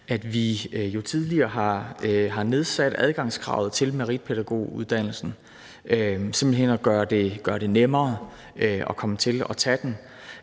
at vi jo tidligere har nedsat adgangskravet til meritpædagoguddannelsen for simpelt hen at gøre det nemmere at komme til at tage den,